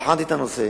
בחנתי את הנושא.